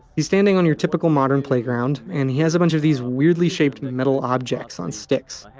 he's standing on your typical modern playground and he has a bunch of these weirdly shaped metal objects on sticks.